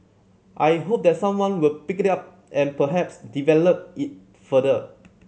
I hope that someone will pick it up and perhaps develop it further